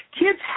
Kids